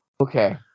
Okay